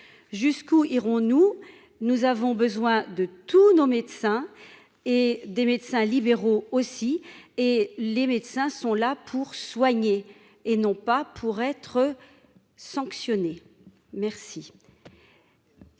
jusqu'où irons-nous, nous avons besoin de tous nos médecins et des médecins libéraux aussi, et les médecins sont là pour soigner et non pas pour être sanctionné. Merci,